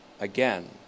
again